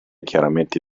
chiaramente